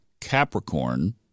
Capricorn